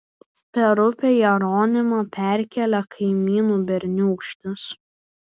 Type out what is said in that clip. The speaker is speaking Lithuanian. per upę jeronimą perkėlė kaimynų berniūkštis